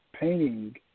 painting